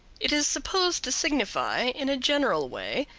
it is supposed to signify, in a general way,